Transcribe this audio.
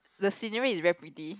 the scenery is very pretty